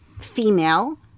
female